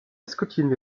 diskutieren